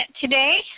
today